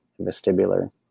vestibular